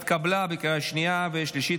התקבלה בקריאה שנייה ושלישית,